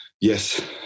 yes